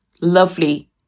lovely